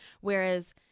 whereas